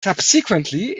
subsequently